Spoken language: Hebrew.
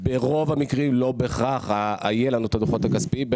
ברוב המקרים לא בהכרח יהיהl לנו את הדוחות הכספיים,